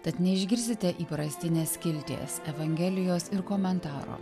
tad neišgirsite įprastinės skilties evangelijos ir komentaro